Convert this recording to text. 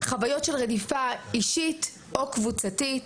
חוויות של רדיפה אישית או קבוצתית,